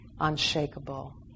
unshakable